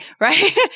right